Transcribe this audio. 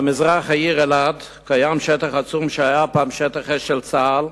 במזרח העיר אלעד קיים שטח עצום שהיה פעם שטח אש של צה"ל,